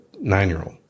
nine-year-old